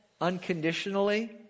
Unconditionally